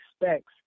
expects